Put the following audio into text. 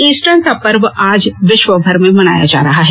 Easter का पर्व आज विश्वनभर में मनाया जा रहा है